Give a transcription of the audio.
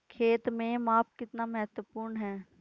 खेत में माप कितना महत्वपूर्ण है?